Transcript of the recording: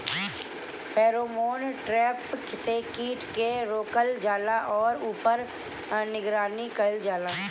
Pheromone trap से कीट के रोकल जाला और ऊपर निगरानी कइल जाला?